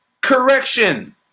correction